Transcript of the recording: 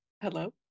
Hello